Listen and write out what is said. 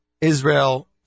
Israel